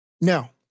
Now